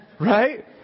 Right